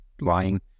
lying